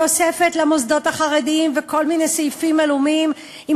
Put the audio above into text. תוספת למוסדות החרדיים וכל מיני סעיפים עלומים עם